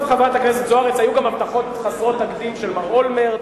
היו גם הבטחות חסרות תקדים של מר אולמרט.